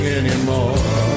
anymore